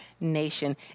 Nation